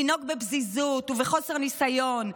לנהוג בפזיזות ובחוסר ניסיון?